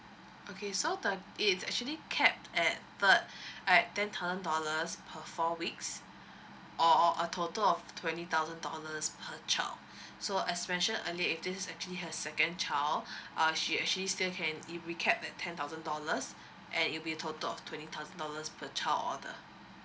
okay so the it is actually cap at the uh like ten thousand dollars per four weeks or a total of twenty thousand dollars per child so as mentione earlier if this is actually her second child uh she actually still can eh recap that ten thousand dollars and it will be a total of twenty thousand dollars per child order